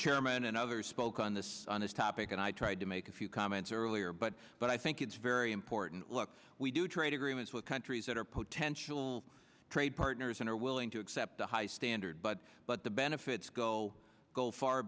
chairman and others spoke on this on this topic and i tried to make a few comments earlier but but i think it's very important look we do trade agreements with countries that are potential trade partners and are willing to accept a high standard but but the benefits go go far